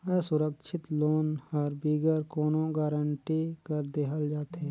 असुरक्छित लोन हर बिगर कोनो गरंटी कर देहल जाथे